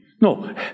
No